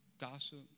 gossip